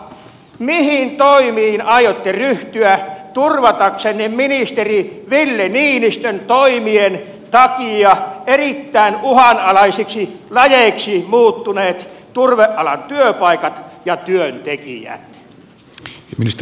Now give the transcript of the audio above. mihin toimiin aiotte ryhtyä turvataksenne ministeri ville niinistön toimien takia erittäin uhanalaisiksi lajeiksi muuttuneet turvealan työpaikat ja työntekijät